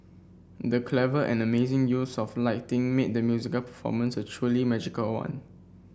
the clever and amazing use of lighting made the musical performance a truly magical one